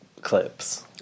clips